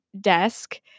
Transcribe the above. desk